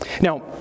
Now